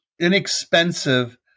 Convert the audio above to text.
Inexpensive